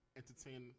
entertain